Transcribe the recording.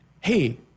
hey